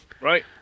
Right